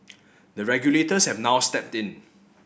the regulators have now stepped in